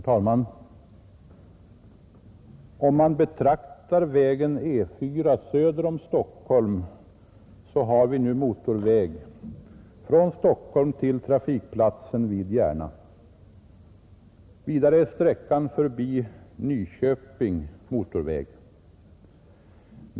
Herr talman! Om man betraktar vägen E 4 söder om Stockholm finner man att vi nu har motorväg från Stockholm till trafikplatsen vid Järna. Vidare är sträckan förbi Nyköping motorväg.